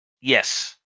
Yes